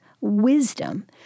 wisdom